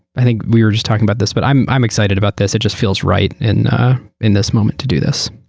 i think we were just talking about this, but i'm i'm excited about this. it just feels right and at this moment to do this.